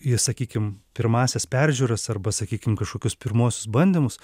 į sakykim pirmąsias peržiūras arba sakykim kažkokius pirmuosius bandymus